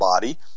body